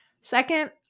Second